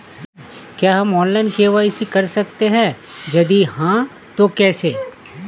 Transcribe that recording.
क्या हम online KYC कर सकते हैं यदि हाँ तो कैसे?